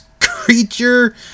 creature